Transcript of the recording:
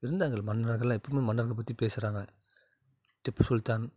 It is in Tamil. இருந்தார்கள் மன்னர்கள்லாம் இப்பயுமே மன்னர்கள் பற்றி பேசுகிறாங்க திப்பு சுல்தான்